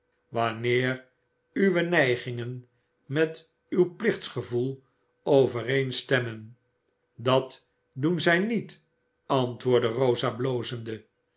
wanneer uwe neigingen met uw püchtgevoel overeenstemmen dat doen zij niet antwoordde rosa blozende